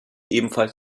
ebenfalls